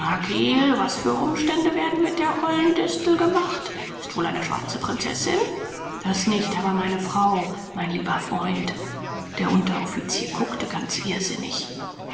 was für umstände werden mit der ollen distel gemacht ist wohl eine schwarze prinzessin das nicht aber meine frau mein lieber freund der unteroffizier guckte ganz irrsinnig